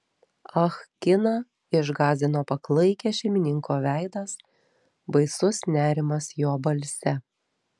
ah kiną išgąsdino paklaikęs šeimininko veidas baisus nerimas jo balse